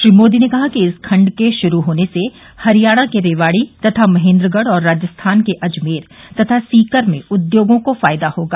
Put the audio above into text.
श्री मोदी ने कहा कि इस खंड के शुरू होने से हरियाणा के रेवाड़ी तथा महेन्द्रगढ़ और राजस्थान के अजमेर तथा सीकर में उद्योगों को फायदा होगा